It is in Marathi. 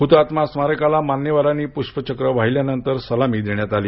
हुतात्मा स्मारकाला मान्यवरांनी पुष्पचक्र वाहिल्यानंतर सलामी देण्यात आली